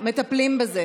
מטפלים בזה.